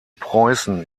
preußen